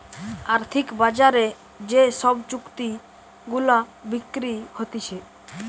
আর্থিক বাজারে যে সব চুক্তি গুলা বিক্রি হতিছে